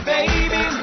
Baby